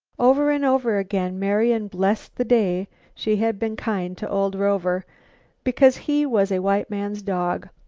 over and over again marian blessed the day she had been kind to old rover because he was a white man's dog,